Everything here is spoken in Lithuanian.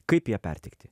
kaip ją perteikti